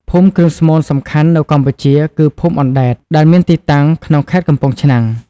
ភូមិគ្រឿងស្មូនសំខាន់នៅកម្ពុជាគឺ ភូមិអណ្ដែត ដែលមានទីតាំងក្នុងខេត្តកំពង់ឆ្នាំង។